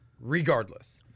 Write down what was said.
regardless